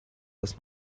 das